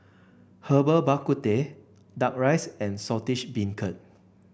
Herbal Bak Ku Teh duck rice and Saltish Beancurd